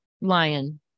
lion